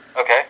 Okay